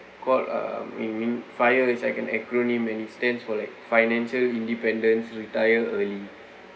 called a FIRE is like an acronym and it stands for like financial independence retire early